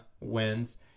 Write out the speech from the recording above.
wins